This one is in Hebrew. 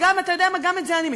אתה יודע מה, גם את זה אני מקבלת.